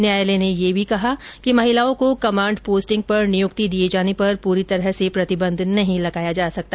न्यायालय ने यह भी कहा कि महिलाओं को कमाण्ड पोस्टिंग पर नियुक्ति दिये जाने पर पूरी तरह से प्रतिबंध नहीं लगाया जा सकता